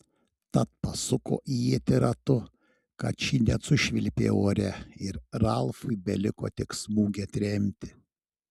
tad pasuko ietį ratu kad ši net sušvilpė ore ir ralfui beliko tik smūgį atremti